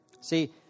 See